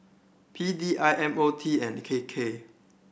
P D I M O T and K K